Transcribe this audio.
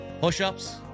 Push-ups